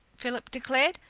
philip declared.